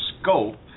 scope